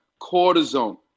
cortisone